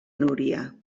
núria